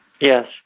Yes